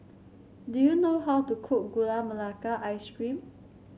do you know how to cook Gula Melaka Ice Cream